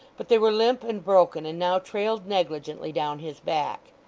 but they were limp and broken, and now trailed negligently down his back.